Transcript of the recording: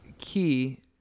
key